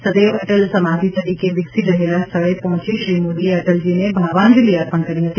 સદૈવ અટલ સમાધિ તરીકે વિકસી રહેલા સ્થળે પહોંચી શ્રી મોદીએ અટલજીને ભાવાંજલિ અર્પણ કરી હતી